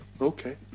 Okay